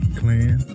clan